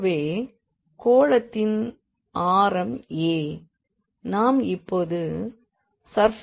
ஆகவே கோளத்தின் ஆரம் a நாம் இப்பொழுது சர்ஃபேஸ் எரியாவைக் கணக்கிட வேண்டும்